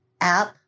app